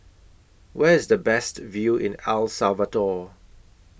Where IS The Best View in El Salvador